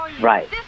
Right